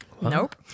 Nope